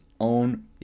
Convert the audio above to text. own